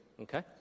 okay